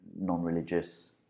non-religious